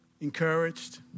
encouraged